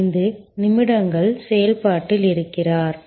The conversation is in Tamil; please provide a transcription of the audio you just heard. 75 நிமிடங்கள் செயல்பாட்டில் இருக்கிறார்